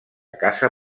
casa